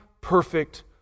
perfect